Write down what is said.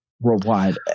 worldwide